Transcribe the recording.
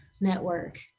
network